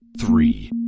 Three